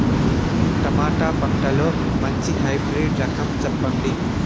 Tomato పంటలో మంచి hybrid రకం చెప్పండి?